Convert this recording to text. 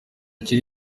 kiri